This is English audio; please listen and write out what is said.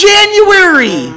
January